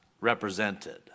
represented